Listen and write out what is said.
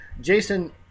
Jason